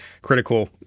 critical